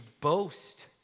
boast